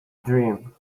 dream